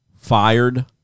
fired